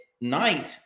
night